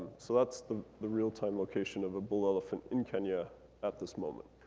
so that's the the real time location of a bull elephant in kenya at this moment.